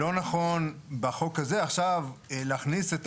לא נכון יהיה להכניס במסגרת החוק הזה את